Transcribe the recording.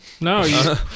No